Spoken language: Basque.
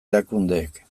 erakundeek